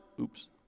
oops